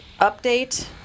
update